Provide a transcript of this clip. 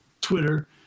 Twitter